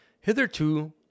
Hitherto